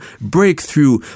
breakthrough